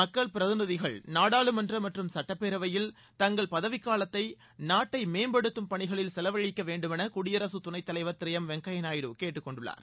மக்கள் பிரதிநிதிகள் நாடாளுமன்ற மற்றும் சுட்டப்பேரவையில் தங்கள் பதவிக்காலத்தை நாட்டை மேம்படுத்தும் பணிகளில் செலவழிக்க வேண்டும் என குடியரகத் துணைத்தலைவர் திரு எம் வெங்கையா நாயுடு கேட்டுக்கொண்டுள்ளார்